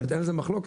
אין על זה מחלוקת.